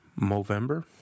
Movember